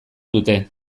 dute